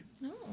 No